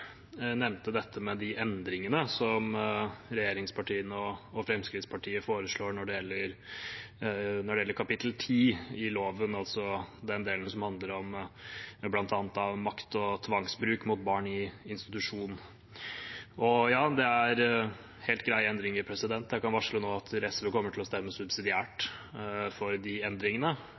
gjelder kapittel 10 i loven, altså den delen som bl.a. handler om makt- og tvangsbruk mot barn i institusjon. Det er helt greie endringer. Jeg kan varsle nå at SV kommer til å stemme subsidiært for de endringene.